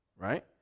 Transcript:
Right